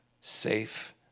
safe